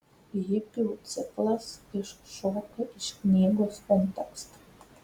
hipių ciklas iššoka iš knygos konteksto